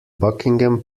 buckingham